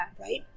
Right